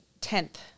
tenth